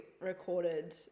recorded